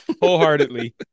wholeheartedly